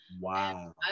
Wow